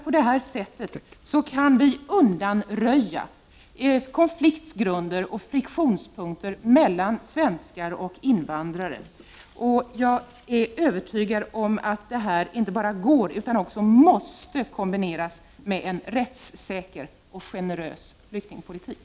På det här sättet kan vi undanröja konfliktgrunder och friktionspunkter mellan svenskar och invandrare. Jag är övertygad om att detta inte bara går utan också måste kombineras med en rättssäker och generös flyktingpolitik.